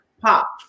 pop